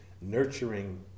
nurturing